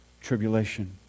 tribulation